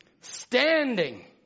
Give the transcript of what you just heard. standing